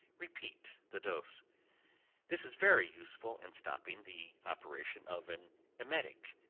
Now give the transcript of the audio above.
repeat the dose this is very useful in stopping the operation of an emetic,